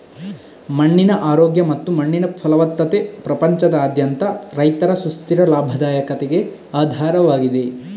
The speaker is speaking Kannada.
ಮಣ್ಣಿನ ಆರೋಗ್ಯ ಮತ್ತು ಮಣ್ಣಿನ ಫಲವತ್ತತೆ ಪ್ರಪಂಚದಾದ್ಯಂತ ರೈತರ ಸುಸ್ಥಿರ ಲಾಭದಾಯಕತೆಗೆ ಆಧಾರವಾಗಿದೆ